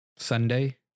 sunday